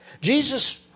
Jesus